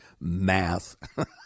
math